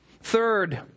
Third